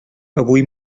avui